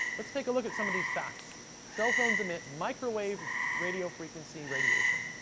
let's take a look at some of these facts. cell phones emit microwave radio-frequency radiation.